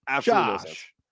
Josh